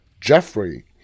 Jeffrey